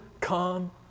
come